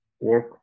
work